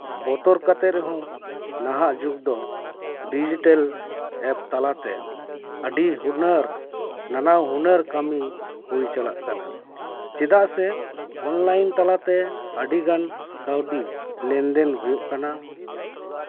ᱵᱚᱛᱚᱨ ᱠᱟᱛᱮᱫ ᱨᱮᱦᱚᱸ ᱱᱟᱦᱟᱜᱽ ᱡᱩᱜᱽ ᱫᱚ ᱰᱤᱡᱤᱴᱮᱞ ᱮᱯ ᱛᱟᱞᱟᱛᱮ ᱟᱹᱰᱤ ᱦᱩᱱᱟᱹᱨ ᱱᱟᱱᱟ ᱦᱩᱱᱟᱹᱨ ᱠᱟᱹᱢᱤ ᱦᱩᱭ ᱪᱟᱞᱟᱜ ᱠᱟᱱᱟ ᱪᱮᱫᱟᱜ ᱥᱮ ᱚᱱᱞᱟᱭᱤᱱ ᱛᱟᱞᱟᱛᱮ ᱟᱹᱰᱤᱜᱟᱱ ᱠᱟᱹᱣᱰᱤ ᱞᱮᱱᱫᱮᱱ ᱦᱩᱭᱩᱜ ᱠᱟᱱᱟ